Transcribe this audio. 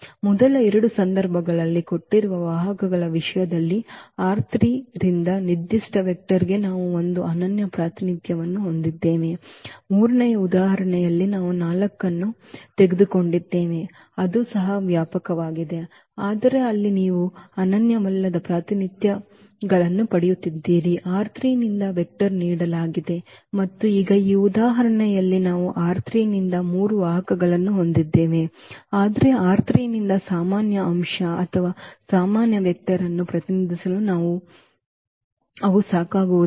ಮೊದಲ ಎರಡು ಸಂದರ್ಭಗಳಲ್ಲಿ ಕೊಟ್ಟಿರುವ ವಾಹಕಗಳ ವಿಷಯದಲ್ಲಿ ರಿಂದ ನಿರ್ದಿಷ್ಟ ವೆಕ್ಟರ್ಗೆ ನಾವು ಒಂದು ಅನನ್ಯ ಪ್ರಾತಿನಿಧ್ಯವನ್ನು ಹೊಂದಿದ್ದೇವೆ ಮೂರನೆಯ ಉದಾಹರಣೆಯಲ್ಲಿ ನಾವು 4 ಅನ್ನು ತೆಗೆದುಕೊಂಡಿದ್ದೇವೆ ಅದು ಸಹ ವ್ಯಾಪಕವಾಗಿದೆ ಆದರೆ ಅಲ್ಲಿ ನೀವು ಅನನ್ಯವಲ್ಲದ ಪ್ರಾತಿನಿಧ್ಯಗಳನ್ನು ಪಡೆಯುತ್ತಿದ್ದೀರಿ ನಿಂದ ವೆಕ್ಟರ್ ನೀಡಲಾಗಿದೆ ಮತ್ತು ಈಗ ಈ ಉದಾಹರಣೆಯಲ್ಲಿ ನಾವು ನಿಂದ ಮೂರು ವಾಹಕಗಳನ್ನು ಹೊಂದಿದ್ದೇವೆ ಆದರೆ ನಿಂದ ಸಾಮಾನ್ಯ ಅಂಶ ಅಥವಾ ಸಾಮಾನ್ಯ ವೆಕ್ಟರ್ ಅನ್ನು ಪ್ರತಿನಿಧಿಸಲು ಅವು ಸಾಕಾಗುವುದಿಲ್ಲ